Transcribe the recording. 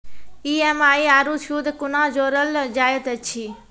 EMI आरू सूद कूना जोड़लऽ जायत ऐछि?